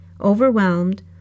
overwhelmed